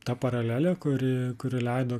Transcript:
ta paralelė kuri kuri leido